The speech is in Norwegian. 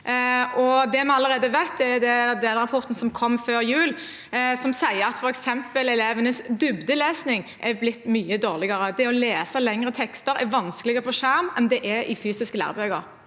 Det vi allerede vet, er at delrapporten som kom før jul, sier at f.eks. elevenes dybdelesning er blitt mye dårligere. Det å lese lengre tekster er vanskeligere på skjerm enn det er i fysiske lærebøker.